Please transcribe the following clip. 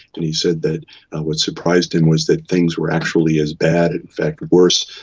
and he said that what surprised him was that things were actually as bad, in fact worse,